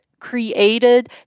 created